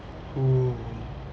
cool